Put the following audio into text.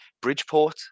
Bridgeport